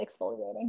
exfoliating